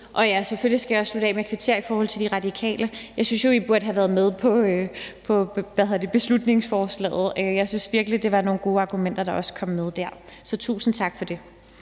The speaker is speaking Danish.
udefra. Selvfølgelig skal jeg slutte af med at kvittere i forhold til De Radikale. Jeg synes jo, I burde have været med på beslutningsforslaget, for jeg synes virkelig, det var nogle gode argumenter, der også kom med der. Så tusind tak for det.